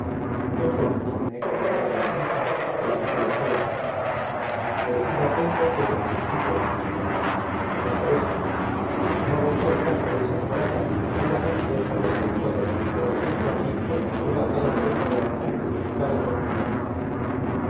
yo soy quien me he calumniado a mí mismo desde que estoy acá merecida tengo esa injusticia de usted doña teresa no haga usted caso de esa ingrata y dígame que ya está buena del todo o reviento aquí donde me veo atado por el dolor y crucificado por mi enemiga